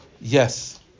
Yes